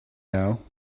now